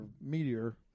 meteor